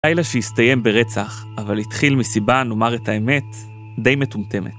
‫לילה שהסתיים ברצח, אבל התחיל ‫מסיבה נאמר את האמת די מטומטמת.